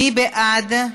מי בעד?